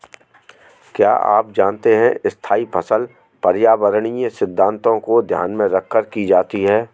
क्या आप जानते है स्थायी फसल पर्यावरणीय सिद्धान्तों को ध्यान में रखकर की जाती है?